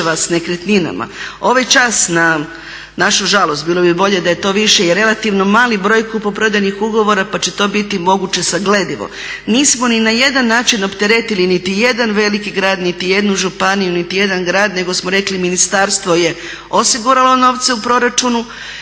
Ovaj čas na našu žalost, bilo bi bolje da je to više je relativno mali broj kupoprodajnih ugovora pa će to biti moguće sagledivo. Nismo ni na jedan način opteretili niti jedan veliki grad, niti jednu županiju, niti jedan grad nego smo rekli Ministarstvo je osiguralo novce u proračunu,